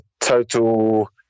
total